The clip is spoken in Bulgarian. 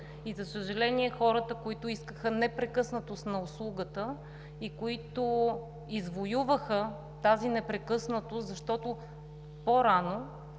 За съжаление хората, които искаха непрекъснатост на услугата и които извоюваха тази непрекъснатост – защото по-рано